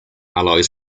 alloys